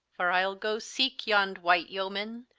for ile goe seeke yond wight yeomen,